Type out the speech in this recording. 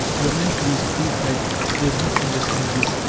the man who is full-fed does not understand this,